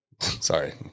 sorry